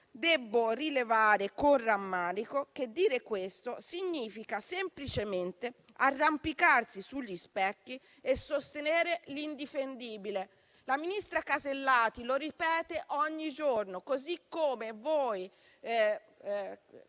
Debbo rilevare con rammarico che dire questo significa semplicemente arrampicarsi sugli specchi e sostenere l'indifendibile. La ministra Alberti Casellati lo ripete ogni giorno, così come voi,